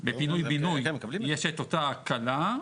בפינוי בינוי יש אותה הקלה.